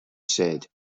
said